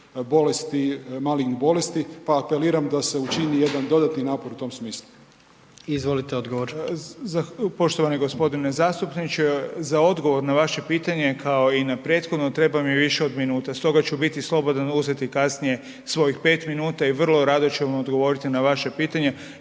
bolesti, malignih bolesti, pa apeliram da se učini jedan dodatni napor u tom smislu? **Jandroković, Gordan (HDZ)** Izvolite odgovor. **Beroš, Vili (HDZ)** Poštovani g. zastupniče, za odgovor na vaše pitanje, kao i na prethodno, treba mi više od minute. Stoga ću biti slobodan uzeti kasnije svojih 5 minuta i vrlo rado ću vam odgovoriti na vaše pitanje